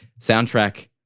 Soundtrack